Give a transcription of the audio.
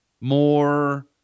more